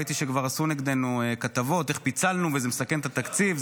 ראיתי שכבר עשו נגדנו כתבות איך פיצלנו וזה מסכן את התקציב.